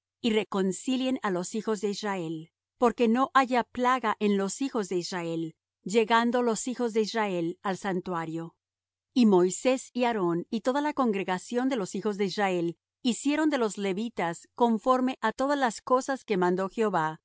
y reconcilien á los hijos de israel porque no haya plaga en los hijos de israel llegando los hijos de israel al santuario y moisés y aarón y toda la congregación de los hijos de israel hicieron de los levitas conforme á todas las cosas que mandó jehová